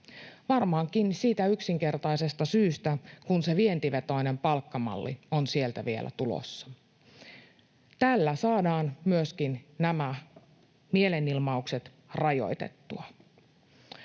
Varmaankin siitä yksinkertaisesta syystä, että se vientivetoinen palkkamalli on sieltä vielä tulossa. Tällä saadaan myöskin nämä mielenilmaukset rajoitettua.